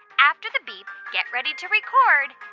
after the beep, get ready to record